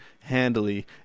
handily